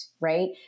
Right